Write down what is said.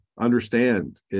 understand